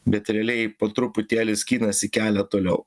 bet realiai po truputėlį skinasi kelią toliau